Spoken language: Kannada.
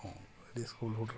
ಹ್ಞೂ ಇಡೀ ಸ್ಕೂಲ್ ಹುಡುಗ್ರು